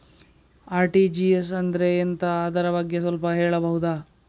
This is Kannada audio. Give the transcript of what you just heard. ಆರ್.ಟಿ.ಜಿ.ಎಸ್ ಅಂದ್ರೆ ಎಂತ ಅದರ ಬಗ್ಗೆ ಸ್ವಲ್ಪ ಹೇಳಬಹುದ?